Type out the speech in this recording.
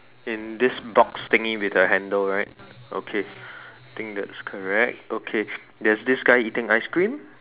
in this box thingy with a handle right okay I think that's correct okay there's this guy eating ice cream